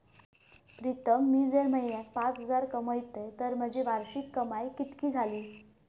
प्रीतम मी जर म्हयन्याक पाच हजार कमयतय तर माझी वार्षिक कमाय कितकी जाली?